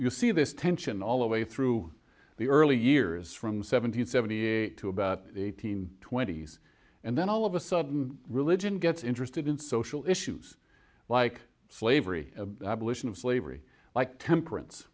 you see this tension all the way through the early years from seven hundred seventy eight to about eight hundred twenty s and then all of a sudden religion gets interested in social issues like slavery abolition of slavery like temperance